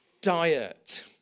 diet